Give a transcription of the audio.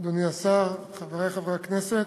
אדוני השר, חברי חברי הכנסת,